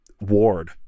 ward